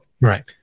Right